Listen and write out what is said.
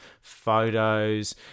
photos